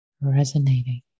resonating